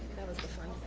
that was the fun